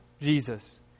Jesus